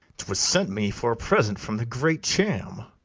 twas sent me for a present from the great cham.